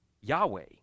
Yahweh